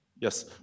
Yes